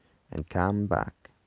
and came back,